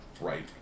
Right